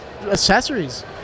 accessories